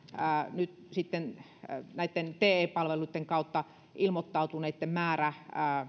nyt sitten todellisuudessa tämä näitten te palveluitten kautta ilmoittautuneitten määrä